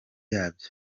yabyo